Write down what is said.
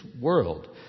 world